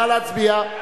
נא להצביע.